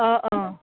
অঁ অঁ